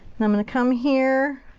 and i'm gonna come here.